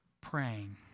praying